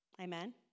Amen